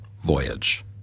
voyage